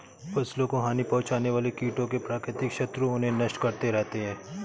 फसलों को हानि पहुँचाने वाले कीटों के प्राकृतिक शत्रु उन्हें नष्ट करते रहते हैं